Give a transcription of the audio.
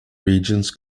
regions